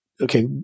Okay